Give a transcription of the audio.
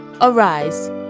Arise